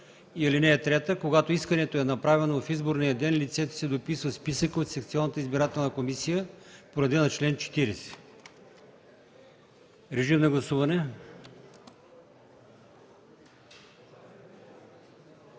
на друго място. (3) Когато искането е направено в изборния ден, лицето се дописва в списъка от секционната избирателна комисия по реда на чл. 40.” Режим на гласуване.